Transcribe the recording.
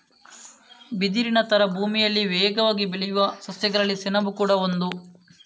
ಬಿದಿರಿನ ತರ ಭೂಮಿಯಲ್ಲಿ ವೇಗವಾಗಿ ಬೆಳೆಯುವ ಸಸ್ಯಗಳಲ್ಲಿ ಸೆಣಬು ಕೂಡಾ ಒಂದು